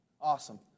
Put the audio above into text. Awesome